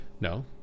No